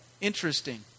interesting